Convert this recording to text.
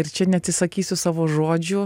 ir čia neatsisakysiu savo žodžių